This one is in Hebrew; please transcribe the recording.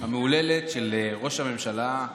המהוללת של ראש הממשלה.